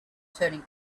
turning